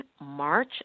march